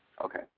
Okay